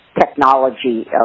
technology